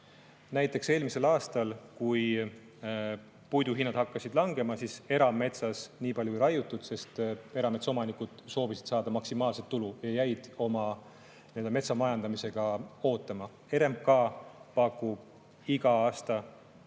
Näiteks eelmisel aastal, kui puiduhinnad hakkasid langema, siis erametsas nii palju ei raiutud, kuna erametsaomanikud soovisid saada maksimaalset tulu ja jäid oma metsa müügiga ootama. RMK pakub iga aasta turule